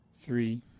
three